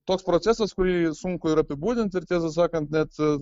toks procesas kurį sunku ir apibūdint ir tiesą sakant net